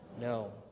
No